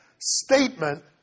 statement